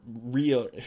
real